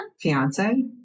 Fiance